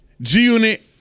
G-Unit